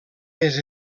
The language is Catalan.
més